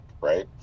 right